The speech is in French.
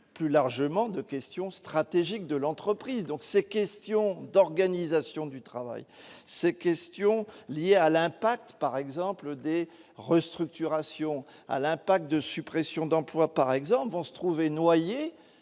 plus largement, de questions stratégiques de l'entreprise, donc ces questions d'organisation du travail, ces questions liées à l'impact par exemple des Restructuration à l'impact de suppressions d'emplois, par exemple, vont se trouver noyés